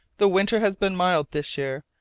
the winter has been mild this year.